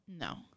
No